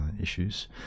issues